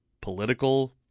political